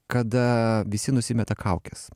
kada visi nusimeta kaukes